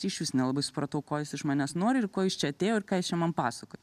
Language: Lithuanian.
išvis nelabai supratau ko jis iš manęs nori ir ko jis čia atėjo ir ką jis čia man pasakojo